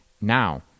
Now